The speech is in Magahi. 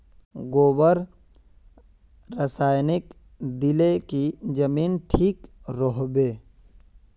गोबर रासायनिक दिले की जमीन ठिक रोहबे?